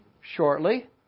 shortly